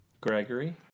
Gregory